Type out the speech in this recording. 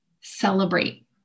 celebrate